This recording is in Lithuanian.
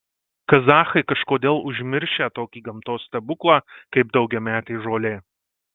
kazachai kažkodėl užmiršę tokį gamtos stebuklą kaip daugiametė žolė